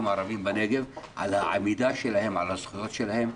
הערבים בנגב על העמידה על הזכויות שלהם,